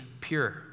pure